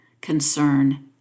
concern